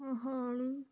Mohali